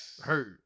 hurt